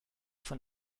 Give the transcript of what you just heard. von